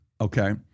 okay